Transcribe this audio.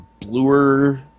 bluer